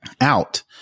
out